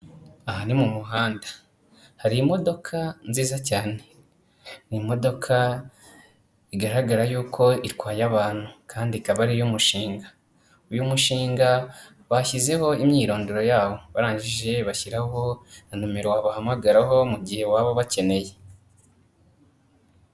Aha ni mu muhanda. Hari imodoka nziza cyane, ni imodoka igaragara yuko itwaye abantu kandi ikaba ari iyo umushinga. Uyu mushinga bashyizeho imyirondoro yabo barangije bashyiraho na numero waba hamagara ho mu gihe waba ubakeneye.